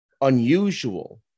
unusual